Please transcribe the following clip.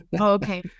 okay